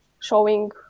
showing